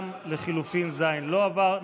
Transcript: גם לחלופין ז' לא עברה.